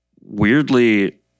weirdly